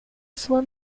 sua